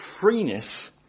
freeness